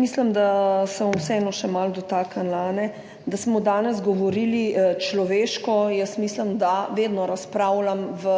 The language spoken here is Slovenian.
Mislim, da se bom vseeno še malo dotaknila [tega], da smo danes govorili človeško. Jaz mislim, da vedno razpravljam v